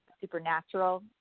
supernatural